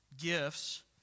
gifts